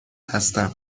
هستم